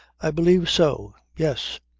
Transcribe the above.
i believe so. yes.